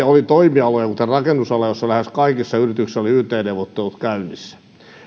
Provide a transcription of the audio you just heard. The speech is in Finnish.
oli toimialoja kuten rakennusala joilla lähes kaikissa yrityksissä oli yt neuvottelut käynnissä